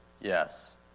yes